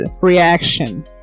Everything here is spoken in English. reaction